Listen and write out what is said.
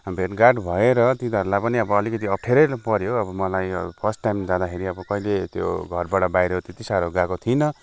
भेटघाट भएर तिनीहरूलाई पनि अब अलिकति अप्ठ्यारै पर्यो अब मलाई फर्स्ट टाइम जाँदाखेरि अब कहिले त्यो घरबाट बाहिर त्यति सारो गएको थिइनँ